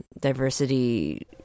diversity